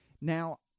Now